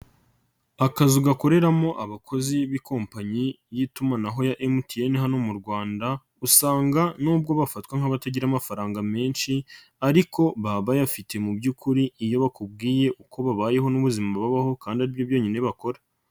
Akazu gakoreramo abakozi b'ikompanyi y'itumanaho ya MTN hano mu Rwanda usanga nubwo bafatwa nk'abatagira amafaranga menshi ariko baba bayafite mu by'ukuri iyo bakubwiye uko babayeho n'ubuzima babaho kandi ari byo byonyine bakora.